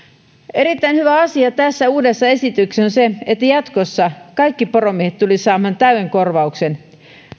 erittäin hyvä asia tässä uudessa esityksessä on se että jatkossa kaikki poromiehet tulisivat saamaan täyden korvauksen